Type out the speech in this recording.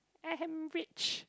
I am rich